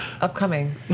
upcoming